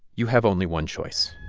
you have only one choice